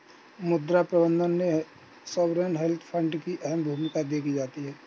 मुद्रा प्रबन्धन में सॉवरेन वेल्थ फंड की अहम भूमिका देखी जाती है